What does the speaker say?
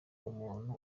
umuntu